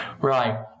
Right